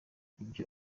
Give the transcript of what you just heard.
iyo